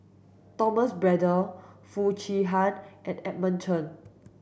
Thomas Braddell Foo Chee Han and Edmund Chen